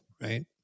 right